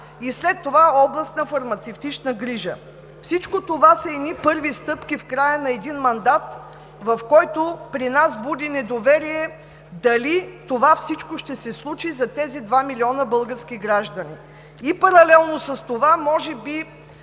и след това – областна фармацевтична грижа. Всичко това са първи стъпки в края на един мандат, което при нас буди недоверие дали всичко това ще се случи за тези два милиона български граждани. Паралелно с това може би